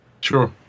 Sure